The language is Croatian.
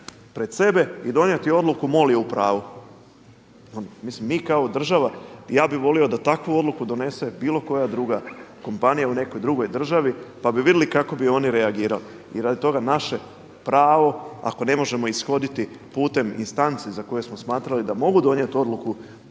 pred sebe i donijeti odluku MOL je u pravu. Mislim mi kao država, ja bi volio da takvu odluku donese bilo koja druga kompanija u nekoj drugoj državi pa bi vidjeli kako bi oni reagirali. I radi toga naše pravo ako ne možemo ishoditi putem instanci za koje smo smatrali da mogu donijeti odluku